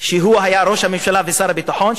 שהיה ראש הממשלה ושר הביטחון,